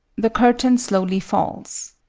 the curtain slowly falls.